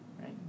right